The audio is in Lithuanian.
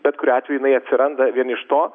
bet kuriuo atveju atsiranda vien iš to